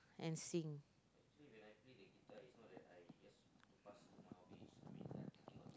and sing